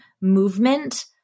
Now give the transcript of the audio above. movement